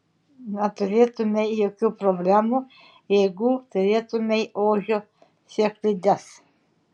neturėtumei jokių problemų jeigu turėtumei ožio sėklides